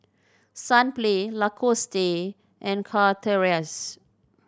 Sunplay Lacoste and Chateraise